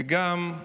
וגם,